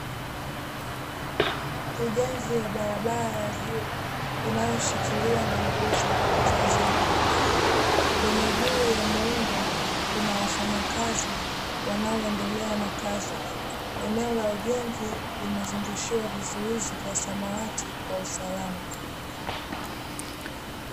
Ujenzi wa barabara ya juu inayoshikiliwa na nguzo za zege, kwenye juu ya muundo kuna wafanyakazi wanaoendelea na kazi. Eneo la ujenzi limezungushiwa vizuizi vya samawati kwa usalama.